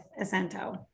Asento